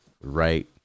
right